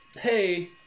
hey